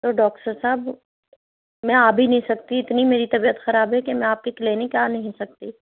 تو ڈاکٹر صاحب میں آ بھی نہیں سکتی اتنی میری طبیعت خراب ہے کہ میں آپ کی کلینک آ نہیں سکتی